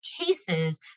cases